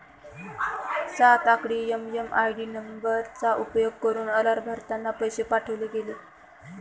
सात आकडी एम.एम.आय.डी नंबरचा उपयोग करुन अलाभार्थीला पैसे पाठवले गेले